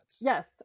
Yes